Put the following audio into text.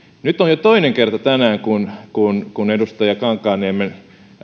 nyt on jo toinen kerta tänään kun kun edustaja kankaanniemen